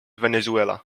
venezuela